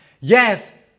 Yes